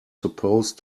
supposed